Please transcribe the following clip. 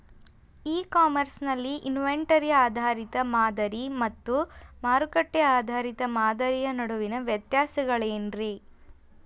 E commerce ನಲ್ಲಿ inventory ಆಧಾರಿತ ಮಾದರಿ ಮತ್ತ ಮಾರುಕಟ್ಟೆ ಆಧಾರಿತ ಮಾದರಿಯ ನಡುವಿನ ವ್ಯತ್ಯಾಸಗಳೇನ ರೇ?